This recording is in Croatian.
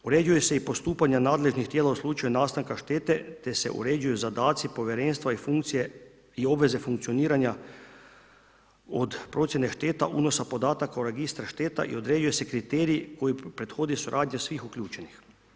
Uređuje se i postupanja nadležnih tijela u slučaju nastanka štete te se uređuje zadaci povjerenstva i obveze funkcioniranja od procjene šteta unosa podataka u Registru šteta i određuju se kriteriji koji prethode suradnji svih uključenih.